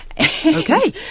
Okay